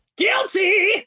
Guilty